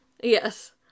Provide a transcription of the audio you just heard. Yes